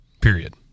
Period